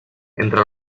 entre